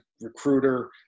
recruiter